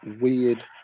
weird